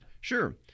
Sure